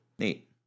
Neat